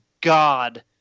God